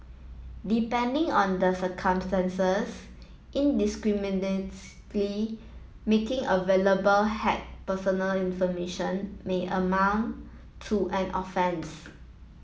depending on the circumstances indiscriminately making available hacked personal information may amount to an offence